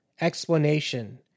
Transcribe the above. explanation